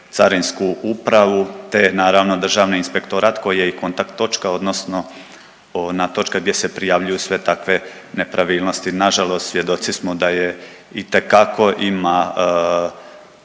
carinsku upravu, te naravno državni inspektorat koji je i kontakt točka odnosno ona točka gdje se prijavljuju sve takve nepravilnosti. Nažalost svjedoci smo da je, itekako ima